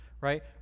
right